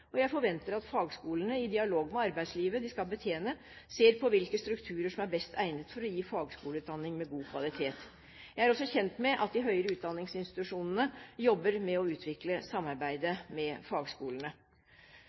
og jeg forventer at fagskolene i dialog med arbeidslivet de skal betjene, ser på hvilke strukturer som er best egnet for å gi fagskoleutdanning med god kvalitet. Jeg er også kjent med at de høyere utdanningsinstitusjonene jobber med å utvikle